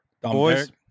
Boys